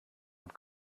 und